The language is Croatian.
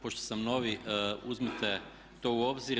Pošto sam novi uzmite to u obzir.